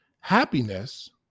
Happiness